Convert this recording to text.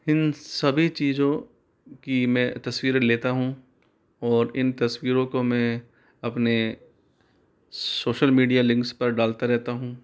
इन सभी चीज़ों की मैं तस्वीरे लेता हूँ और इन तस्वीरों को मैं अपने सोशल मीडिया लिंक्स पर डालता रहता हूँ